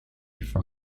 from